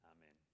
Amen